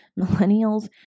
millennials